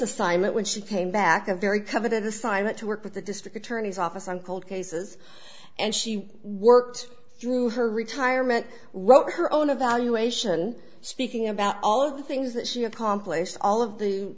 assignment when she came back a very coveted assignment to work with the district attorney's office on cold cases and she worked through her retirement wrote her own a valuation speaking about all of the things that she accomplished all of the